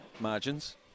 margins